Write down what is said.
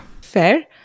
Fair